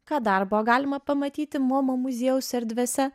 ką dar buvo galima pamatyti momo muziejaus erdvėse